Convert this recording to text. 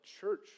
church